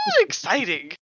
exciting